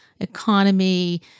economy